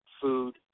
food